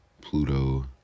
Pluto